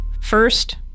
First